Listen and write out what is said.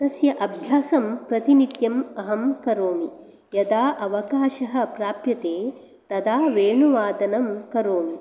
तस्य अभ्यासं प्रतिनित्यम् अहं करोमि यदा अवकाशः प्राप्यते तदा वेणुवादनं करोमि